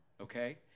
okay